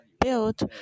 built